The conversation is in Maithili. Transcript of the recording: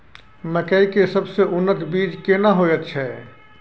मकई के सबसे उन्नत बीज केना होयत छै?